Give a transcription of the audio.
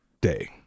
Day